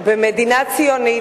במדינה ציונית,